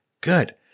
Good